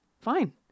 Fine